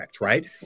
Right